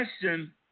question